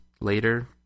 later